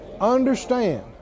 Understand